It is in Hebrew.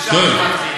משם זה מתחיל.